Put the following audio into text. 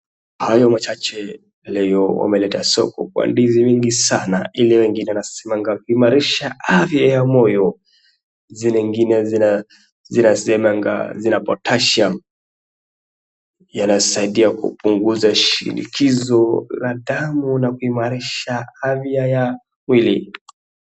Kwa hayo machache leo wameleta soko kwa ndizi mingi sana ili wengine wanasemanga kuimarisha afya ya moyo zile ingine zinasemanga zina potassium . Yanasaidia kupunguza shinikizo la damu na kuimarisha afya ya mwili.